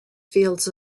fields